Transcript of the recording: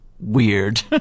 Weird